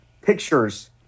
pictures